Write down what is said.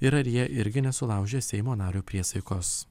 ir ar jie irgi nesulaužė seimo nario priesaikos